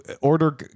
order